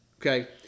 Okay